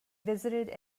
visited